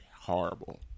horrible